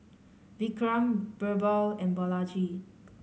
Vikram Birbal and Balaji